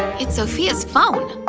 it's sophia's phone.